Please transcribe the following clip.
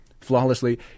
flawlessly